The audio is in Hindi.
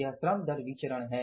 यह श्रम दर विचरण है